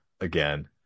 again